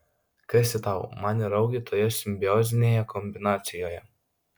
kas ji tau man ir augiui toje simbiozinėje kombinacijoje